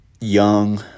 young